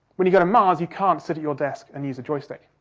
when you go to mars, you can't sit at your desk and use a joystick.